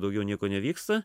daugiau nieko nevyksta